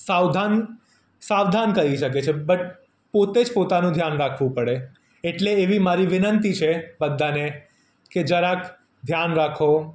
સાવધાન સાવધાન કરી શકે છે બટ પોતે જ પોતાનું ધ્યાન રાખવું પડે એટલે એવી મારી વિનંતી છે બધાને કે જરાક ધ્યાન રાખો